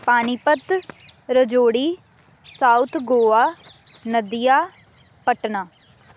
Panipat Rajouri south Goa Nadia Patna